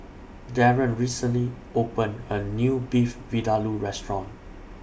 Darren recently opened A New Beef Vindaloo Restaurant